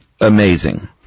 Amazing